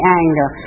anger